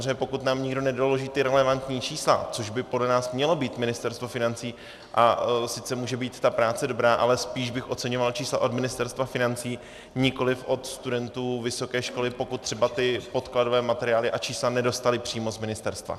Protože samozřejmě pokud nám nikdo nedoloží relevantní čísla, což by podle nás mělo být Ministerstvo financí, a sice může být ta práce dobrá, ale spíš bych oceňoval čísla od Ministerstva financí, nikoliv od studentů vysoké školy, pokud třeba ty podkladové materiály a čísla nedostali přímo z ministerstva.